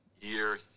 year